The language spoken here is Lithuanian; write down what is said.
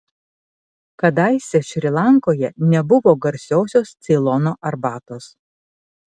kadaise šri lankoje nebuvo garsiosios ceilono arbatos